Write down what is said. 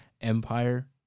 empire